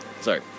Sorry